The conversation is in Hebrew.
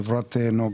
חברת נגה.